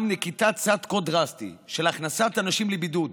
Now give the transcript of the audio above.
אולם נקיטת צעד כה דרסטי של הכנסת אנשים לבידוד